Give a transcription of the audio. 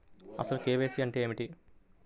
అసలు కే.వై.సి అంటే ఏమిటి?